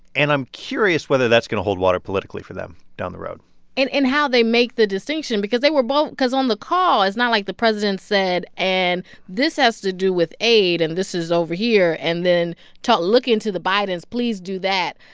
and i'm curious whether that's going to hold water politically for them down the road and and how they make the distinction because they were both because on the call, it's not like the president said, and this has to do with aid, and this is over here. and then look into the bidens. please do that.